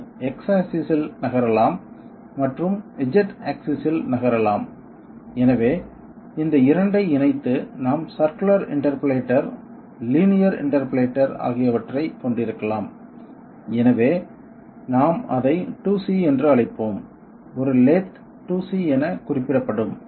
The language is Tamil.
இது X ஆக்சிஸ் இல் நகரலாம் மற்றும் Z ஆக்சிஸ் இல் நகரலாம் எனவே இந்த 2 ஐ இணைத்து நாம் சர்குலர் இண்டர்போலேட்டர் லீனியர் இண்டர்போலேட்டர் ஆகியவற்றைக் கொண்டிருக்கலாம் எனவே நாம் அதை 2C என்று அழைப்போம் ஒரு லேத் 2C என குறிப்பிடப்படும்